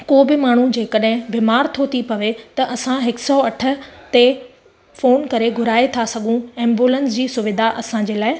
को बि माण्हू जेकॾहिं बीमार थो थी पवे त असां हिक सौ अठ ते फ़ोन करे घुराए था सघूं एम्बुलेंस जी सुविधा असांजे लाइ